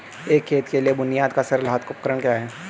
एक खेत के लिए बुनियादी या सरल हाथ उपकरण क्या हैं?